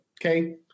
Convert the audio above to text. Okay